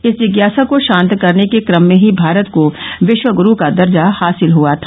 इस जिज्ञासा को शांत करने के क्रम में ही भारत को विश्व ग्रु का दर्जा हासिल हुआ था